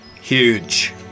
huge